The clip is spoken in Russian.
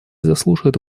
заслушает